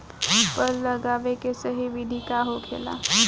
फल लगावे के सही विधि का होखेला?